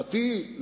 לשמחתי,